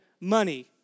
money